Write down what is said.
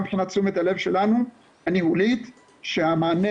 גם מבחינת תשומת הלב הניהולית שלנו שהמענה